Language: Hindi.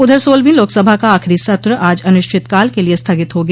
उधर सोलहवीं लोकसभा का आखिरी सत्र आज अनिश्चितकाल के लिये स्थगित हो गया